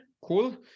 cool